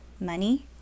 money